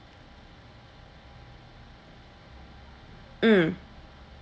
mm